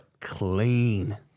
clean